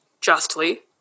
justly